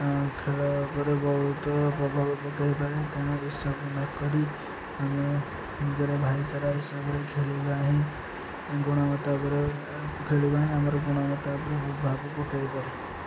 ଖେଳ ଉପରେ ବହୁତ ପ୍ରଭାବ ପକାଇ ପାରେ ତେଣୁ ଏସବୁ ନକରି ଆମେ ନିଜର ଭାଇଚାରା ହିସାବରେ ଖେଳିବା ହିଁ ଗୁଣବତା ଉପରେ ଖେଳିବା ହଁ ଆମର ଗୁଣମତା ଉପରେ ପ୍ରଭାବ ପକାଇପାରେ